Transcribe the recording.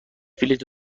بلیط